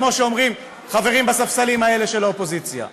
כמו שאומרים חברים בספסלים האלה של האופוזיציה.